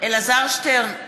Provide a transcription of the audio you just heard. אלעזר שטרן,